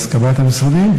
בהסכמת המשרדים,